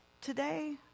today